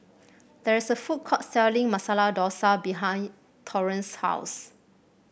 there is a food court selling Masala Dosa behind Torrence's house